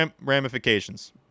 ramifications